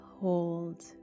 Hold